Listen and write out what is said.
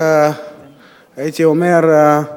הייתי אומר,